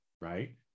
right